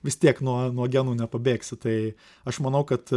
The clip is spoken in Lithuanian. vis tiek nuo nuo genų nepabėgsi tai aš manau kad